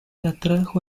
atrajo